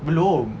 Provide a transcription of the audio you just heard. belum